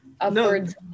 upwards